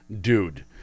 dude